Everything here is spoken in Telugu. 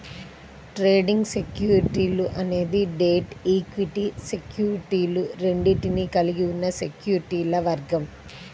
ట్రేడింగ్ సెక్యూరిటీలు అనేది డెట్, ఈక్విటీ సెక్యూరిటీలు రెండింటినీ కలిగి ఉన్న సెక్యూరిటీల వర్గం